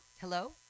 Hello